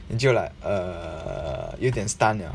你就 like err 有一点 stun liao